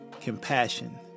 compassion